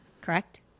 Correct